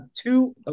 two